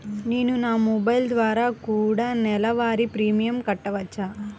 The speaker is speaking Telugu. నేను నా మొబైల్ ద్వారా కూడ నెల వారి ప్రీమియంను కట్టావచ్చా?